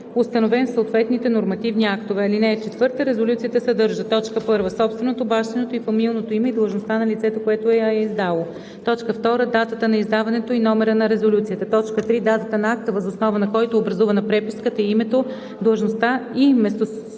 установен в съответните нормативни актове. (4) Резолюцията съдържа: 1. собственото, бащиното и фамилното име и длъжността на лицето, което я е издало; 2. датата на издаването и номера на резолюцията; 3. датата на акта, въз основа на който е образувана преписката, и името, длъжността и местослуженето